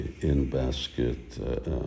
in-basket